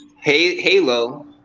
Halo